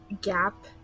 gap